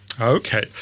Okay